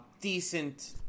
decent